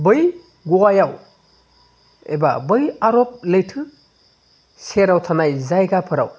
बै गवायाव एबा बै आराब लैथो सेराव थानाय जायगाफोराव